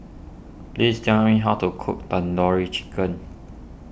please tell me how to cook Tandoori Chicken